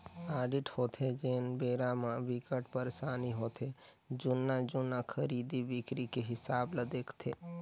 audit होथे तेन बेरा म बिकट परसानी होथे जुन्ना जुन्ना खरीदी बिक्री के हिसाब ल देखथे